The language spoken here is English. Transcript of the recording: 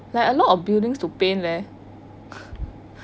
there are a lot of buildings to paint leh